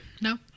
No